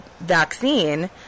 vaccine